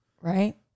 right